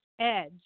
edge